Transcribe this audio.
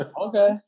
Okay